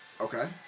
Okay